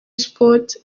sports